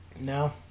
No